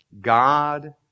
God